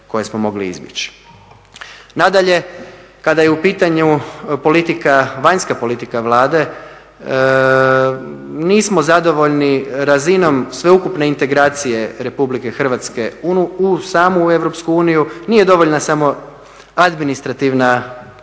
koje smo mogli izbjeći. Nadalje, kada je u pitanju politika, vanjska politika Vlade nismo zadovoljni razinom sveukupne integracije RH u samu EU, nije dovoljna samo administrativna